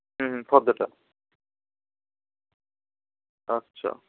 হুম হুম ফর্দটা আচ্ছা